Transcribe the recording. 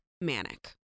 manic